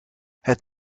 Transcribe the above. het